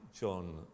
John